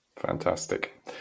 Fantastic